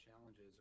challenges